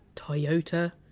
toyota!